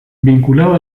vinculada